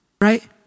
right